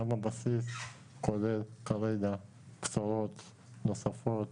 גם הבסיס כולל כרגע בשורות נוספות